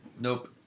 Nope